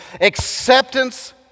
acceptance